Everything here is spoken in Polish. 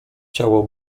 ciało